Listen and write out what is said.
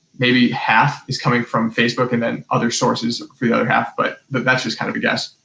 maybe, half is coming from facebook, and then other sources for the other half, but but that's just kind of a guess.